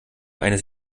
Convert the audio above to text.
eines